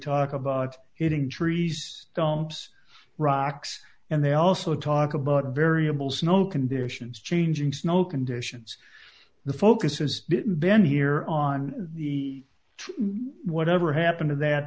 talk about hitting trees films rocks and they also talk about variable snow conditions changing snow conditions the focus has been here on the whatever happened to that